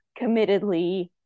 committedly